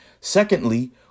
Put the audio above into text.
Secondly